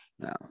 Now